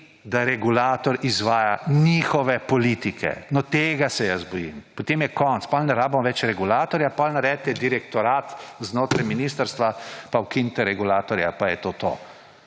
da regulator izvaja njihove politike. No, tega se jaz bojim. Potem je konec, poten ne rabimo več regulatorja, potem naredite direktorat znotraj ministrstva pa ukinite regulatorja, pa je to to.